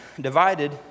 divided